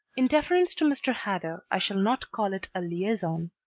in deference to mr. hadow i shall not call it a liaison.